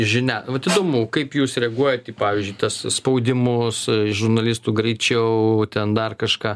žinia vat įdomu kaip jūs reaguojat į pavyzdžiui tas spaudimus žurnalistų greičiau ten dar kažką